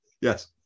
Yes